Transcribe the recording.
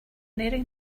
nearing